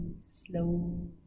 slow